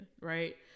right